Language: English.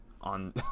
on